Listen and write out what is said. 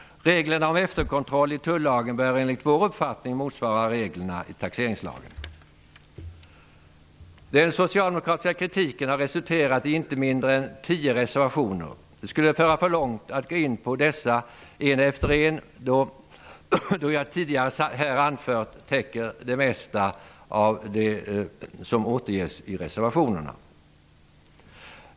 Reglerna om efterkontroll i tullagen bör enligt vår uppfattning motsvara reglerna i taxeringslagen. Den socialdemokratiska kritiken har resulterat i inte mindre än tio reservationer. Det skulle föra för långt att gå in på dessa en efter en då det jag tidigare här har anfört täcker det mesta av det som återges i reservationerna.